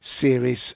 series